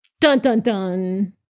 Dun-dun-dun